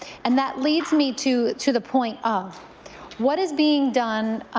and that leads me to to the point of what is being done